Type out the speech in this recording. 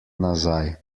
nazaj